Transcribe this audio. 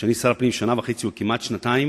אני שר הפנים שנה וחצי או כמעט שנתיים,